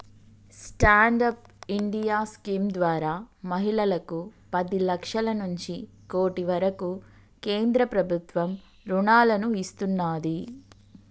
stand up India scheme ద్వారా మహిళలకు పది లక్షల నుంచి కోటి వరకు కేంద్ర ప్రభుత్వం రుణాలను ఇస్తున్నాది